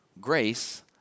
grace